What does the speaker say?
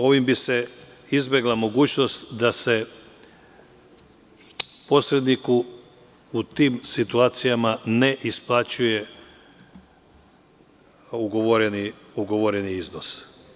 Ovim bi se izbegla mogućnost da se posredniku u tim situacijama ne isplaćuje ugovoreni iznos.